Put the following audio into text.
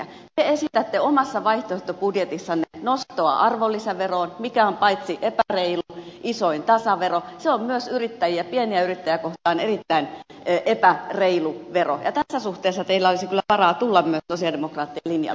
te esitätte omassa vaihtoehtobudjetissanne nostoa arvonlisäveroon mikä on paitsi epäreilu isoin tasavero myös pieniä yrittäjiä kohtaan erittäin epäreilu vero ja tässä suhteessa teillä olisi kyllä varaa tulla myös sosialidemokraattien linjalle